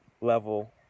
level